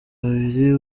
babiri